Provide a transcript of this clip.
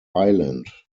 island